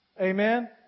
Amen